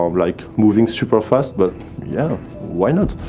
um like, moving super fast. but yeah, why not?